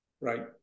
Right